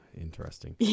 Interesting